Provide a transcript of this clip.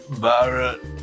Barrett